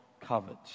covered